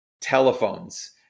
telephones